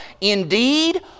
Indeed